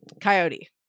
coyote